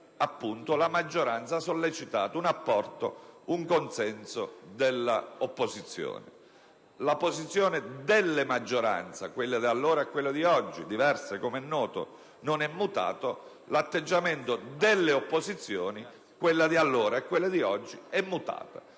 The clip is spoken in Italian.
la maggioranza ha sollecitato un apporto, un consenso dell'opposizione. La posizione delle maggioranze, quella di allora e quella di oggi - diverse, come è noto - non è mutata; l'atteggiamento delle opposizioni, quella di allora e quella di oggi, è mutato.